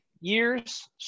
years